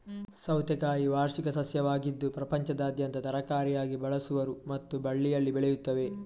ಸೌತೆಕಾಯಿ ವಾರ್ಷಿಕ ಸಸ್ಯವಾಗಿದ್ದು ಪ್ರಪಂಚದಾದ್ಯಂತ ತರಕಾರಿಯಾಗಿ ಬಳಸುವರು ಮತ್ತು ಬಳ್ಳಿಯಲ್ಲಿ ಬೆಳೆಯುತ್ತವೆ